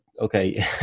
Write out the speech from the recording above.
okay